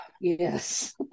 yes